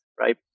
right